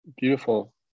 Beautiful